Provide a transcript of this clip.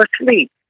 asleep